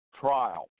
trial